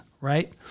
right